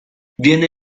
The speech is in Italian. viene